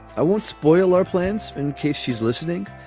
i won't spoil our plans in case she's listening,